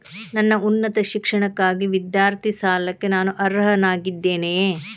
ನನ್ನ ಉನ್ನತ ಶಿಕ್ಷಣಕ್ಕಾಗಿ ವಿದ್ಯಾರ್ಥಿ ಸಾಲಕ್ಕೆ ನಾನು ಅರ್ಹನಾಗಿದ್ದೇನೆಯೇ?